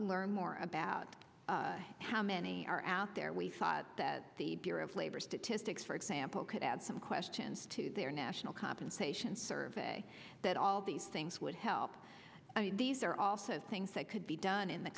learn more about how many are out there we thought that the bureau of labor statistics for example could add some questions to their national compensation survey that all these things would help these are also things that could be done in the